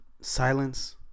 silence